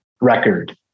record